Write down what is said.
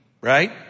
Right